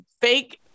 fake